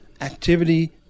activity